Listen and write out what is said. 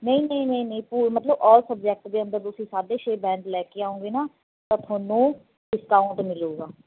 ਨਹੀਂ ਨਹੀਂ ਨਹੀਂ ਨਹੀਂ ਪੁ ਮਤਲਬ ਆਲ ਸਬਜੈਕਟ ਦੇ ਅੰਦਰ ਤੁਸੀਂ ਸਾਢੇ ਛੇ ਬੈਂਡ ਲੈ ਕੇ ਆਓਗੇ ਨਾ ਤਾਂ ਤੁਹਾਨੂੰ ਡਿਸਕਾਊਂਟ ਮਿਲੂਗਾ